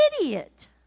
idiot